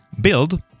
build